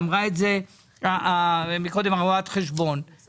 אמרה את זה מקודם הרואת חשבון.